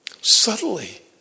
Subtly